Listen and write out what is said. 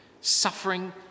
Suffering